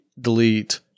delete